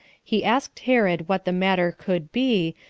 he asked herod what the matter could be,